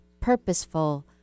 purposeful